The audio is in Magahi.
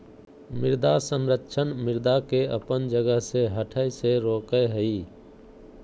मृदा संरक्षण मृदा के अपन जगह से हठय से रोकय हइ